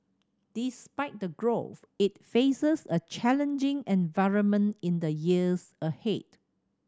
despite the growth it faces a challenging environment in the years ahead